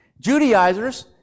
Judaizers